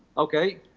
okay.